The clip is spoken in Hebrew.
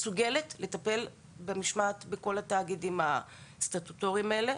מסוגלת לטפל במשמעת בכל התאגידים הסטטוטוריים האלה.